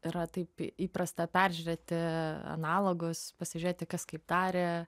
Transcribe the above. yra taip įprasta peržiūrėti analogus pasižiūrėti kas kaip darė